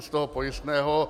Z toho pojistného.